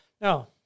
Now